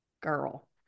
Girl